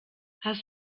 hast